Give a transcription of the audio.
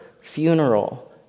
funeral